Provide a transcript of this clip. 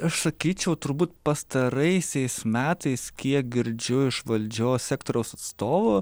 aš sakyčiau turbūt pastaraisiais metais kiek girdžiu iš valdžios sektoriaus atstovų